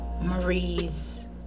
Maries